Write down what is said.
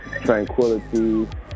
tranquility